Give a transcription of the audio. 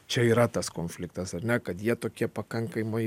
čia yra tas konfliktas ar ne kad jie tokie pakankamai